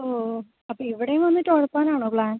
ഓ ഓ അപ്പം ഇവിടെയും വന്നിറ്റ് ഉഴപ്പനാണോ പ്ലാൻ